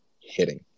hitting